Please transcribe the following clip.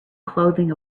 clothing